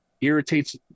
irritates